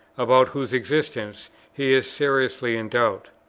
about whose existence he is seriously in doubt?